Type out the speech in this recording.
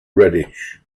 reddish